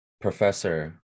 professor